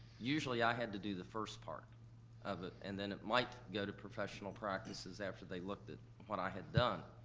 usually i had to do the first part of it, and then it might go to professional practices after they looked at what i had done.